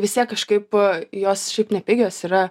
vis tiek kažkaip jos šiaip nepigios yra